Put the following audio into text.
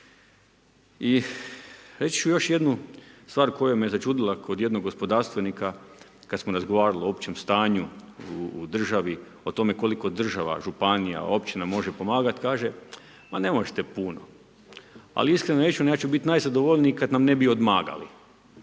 Reći ću još jednu stvar koja me začudila kod jednog gospodarstvenika kad smo razgovarali o općem stanju u državi, o tome koliko država, županija, općina može pomagati. Kaže, ma ne možete puno. Ali iskreno rečeno, ja ću biti najzadovoljniji kad nam ne bi odmagali.